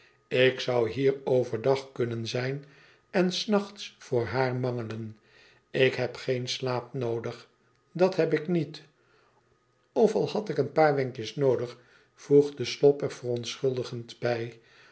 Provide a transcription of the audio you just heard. ik zou hier over dag kuxmen zijn en s nachts voor haar mangelen ik heb geen slaap noodig dat heb ik niet of al had ik een paar wenkjes noodig voegde slop er verontschuldigend bij